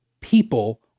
people